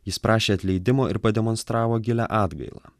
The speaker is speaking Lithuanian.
jis prašė atleidimo ir pademonstravo gilią atgailą